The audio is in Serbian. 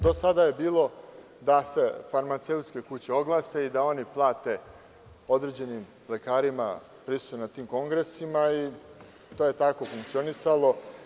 Do sada je bilo da se farmaceutske kuće oglase i da one plate određenim lekarima prisustvo na tim kongresima i to je tako funkcionisalo.